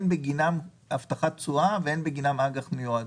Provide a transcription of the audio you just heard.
בגינם הבטחת תשואה ואין בגינם אג"ח מיועד,